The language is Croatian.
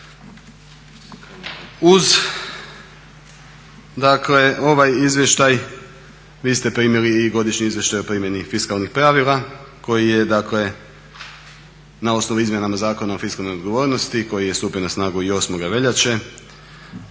ovaj izvještaj vi ste primili i Godišnji izvještaj o primjeni fiskalnih pravila koji je dakle na osnovu Izmjenama zakona o fiskalnoj odgovornosti koji je stupio na snagu i 8. veljače,